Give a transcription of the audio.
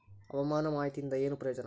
ಹವಾಮಾನ ಮಾಹಿತಿಯಿಂದ ಏನು ಪ್ರಯೋಜನ?